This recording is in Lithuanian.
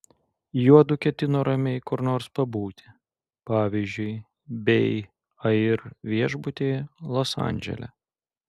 juodu ketino ramiai kur nors pabūti pavyzdžiui bei air viešbutyje los andžele